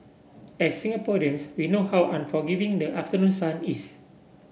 as Singaporeans we know how unforgiving the afternoon sun is